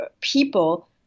people